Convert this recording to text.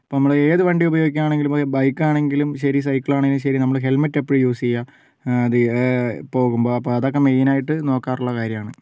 ഇപ്പോൾ നമ്മള് ഏതു വണ്ടി ഉപയോഗിക്കുകയാണെങ്കിലും അതെ ബൈക്കാണെങ്കിലും ശരി സൈക്കളാണെങ്കിലും ശരി നമ്മള് ഹെൽമെറ്റ് എപ്പൊഴും യൂസ് ചെയ്യുക അതൊക്കെ മെയിൻ ആയിട്ട് നോക്കാറുള്ള കാര്യമാണ്